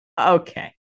okay